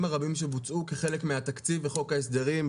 הרבים שבוצעו כחלק מהתקציב בחוק ההסדרים.